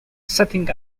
setting